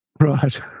Right